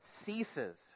ceases